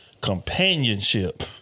companionship